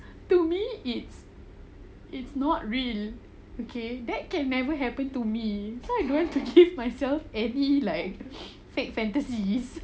to me it's it's not real okay that can never happen to me so I don't want to give myself any like fake fantasies